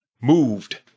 moved